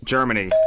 Germany